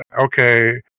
okay